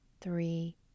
three